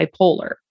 bipolar